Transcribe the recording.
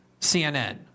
CNN